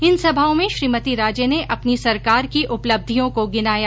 इन सभाओं में श्रीमती राजे ने अपनी सरकार की उपलब्धियों को गिनाया